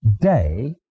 day